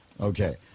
Okay